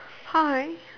hi